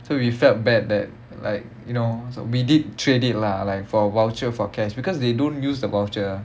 so we felt bad that like you know so we did trade it lah like for voucher for cash because they don't use the voucher